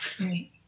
Right